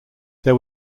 there